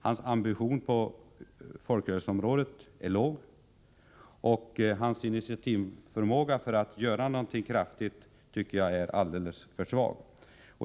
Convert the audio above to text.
Hans ambition på folkrörelseområdet är låg, och jag tycker att hans initiativförmåga att göra något kraftfullt är alldeles för svag.